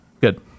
Good